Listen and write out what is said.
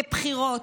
כבכירות,